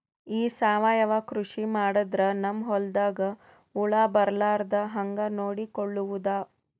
ಈ ಸಾವಯವ ಕೃಷಿ ಮಾಡದ್ರ ನಮ್ ಹೊಲ್ದಾಗ ಹುಳ ಬರಲಾರದ ಹಂಗ್ ನೋಡಿಕೊಳ್ಳುವುದ?